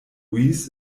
louis